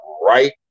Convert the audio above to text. right